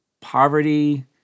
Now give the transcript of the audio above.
poverty